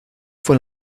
fue